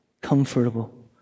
comfortable